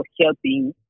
helping